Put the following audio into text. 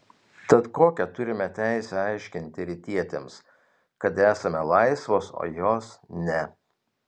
tad kokią turime teisę aiškinti rytietėms kad esame laisvos o jos ne